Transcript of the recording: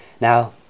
Now